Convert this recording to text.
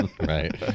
Right